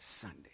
Sunday